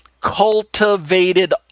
cultivated